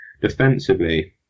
Defensively